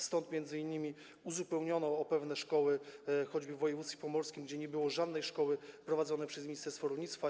Stąd m.in. uzupełniono ją o pewne szkoły choćby w województwie pomorskim, gdzie nie było żadnej szkoły prowadzonej przez ministerstwo rolnictwa.